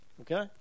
okay